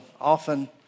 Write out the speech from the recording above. often